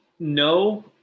No